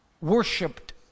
worshipped